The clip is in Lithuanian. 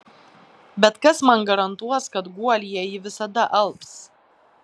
bet kas man garantuos kad guolyje ji visada alps